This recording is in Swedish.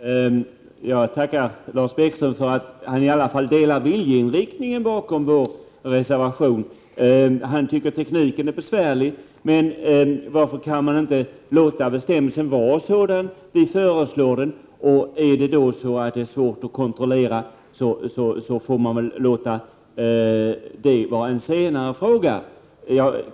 talman! Jag tackar Lars Bäckström för att han i alla fall instämmer i viljeinriktningen bakom vår reservation. Lars Bäckström tycker att tekniken är besvärlig. Men varför kan man inte låta bestämmelsen få den utformning vi föreslår? Visar det sig sedan att den blir svår att kontrollera, får väl det bli en senare fråga.